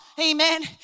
Amen